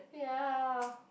ya